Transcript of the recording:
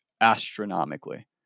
astronomically